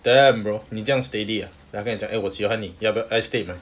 damn bro 你这样 steady ah then 他跟你讲 eh 我喜欢你要不要 ai stead mai